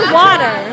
water